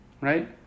right